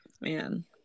Man